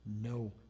no